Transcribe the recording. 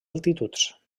altituds